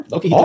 Okay